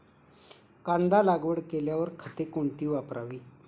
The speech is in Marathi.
कांदा लागवड केल्यावर खते कोणती वापरावी?